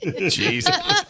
Jesus